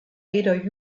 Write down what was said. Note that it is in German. weder